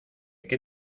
que